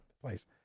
place